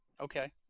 Okay